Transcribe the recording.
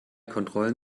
kontrollen